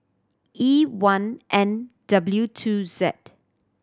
E one N W two Z